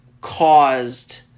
caused